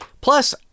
Plus